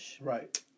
Right